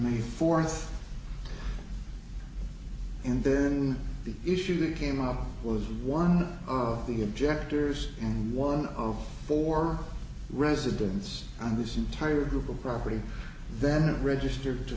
may fourth and then the issue that came up was one of the objectors and one of four residence on this entire group of gravity that registered to